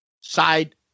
Side